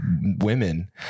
women